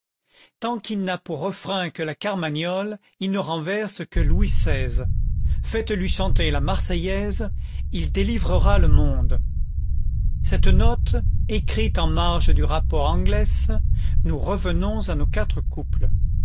tant qu'il n'a pour refrain que la carmagnole il ne renverse que louis xvi faites-lui chanter la marseillaise il délivrera le monde cette note écrite en marge du rapport anglès nous revenons à nos quatre couples